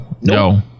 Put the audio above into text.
no